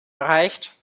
erreicht